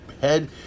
Head